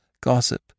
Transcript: Gossip